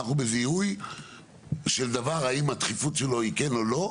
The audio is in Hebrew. אנחנו בזיהוי של דבר האם הדחיפות שלו היא כן או לא,